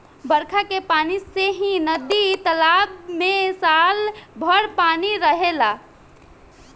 बरखा के पानी से ही नदी तालाब में साल भर पानी रहेला